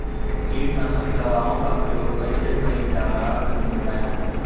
कीटनाशक दवाओं का प्रयोग कईसे कइल जा ला तनि बताई?